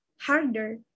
harder